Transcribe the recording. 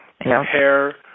Hair